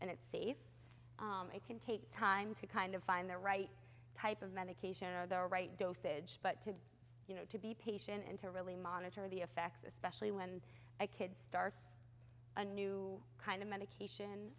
and it's safe it can take time to kind of find the right type of medication or the right dosage but to you know to be patient and to really monitor the effects especially when the kids start a new kind of medication